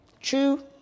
True